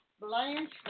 Blanche